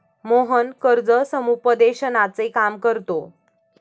मोहन कर्ज समुपदेशनाचे काम करतो